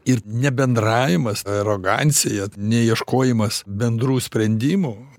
ir nebendravimas arogancija neieškojimas bendrų sprendimų